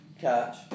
catch